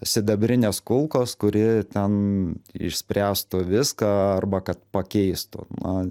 sidabrinės kulkos kuri ten išspręstų viską arba kad pakeistų na